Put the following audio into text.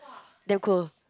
damn cold